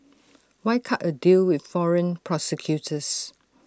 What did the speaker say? why cut A deal with foreign prosecutors